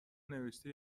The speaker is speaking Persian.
نوشته